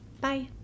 Bye